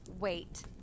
wait